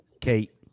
Kate